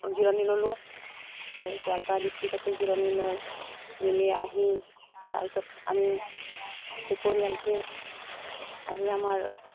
জিৰণি ল'লোঁ আৰু গোৱালপাৰা ডিষ্ট্ৰিকতে জিৰণি লৈ মেলি আহি তাৰপিছত আমি পৰিয়ালটোৱে আহি আমাৰ